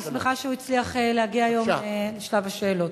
אני שמחה שהוא הצליח להגיע היום לשלב השאלות.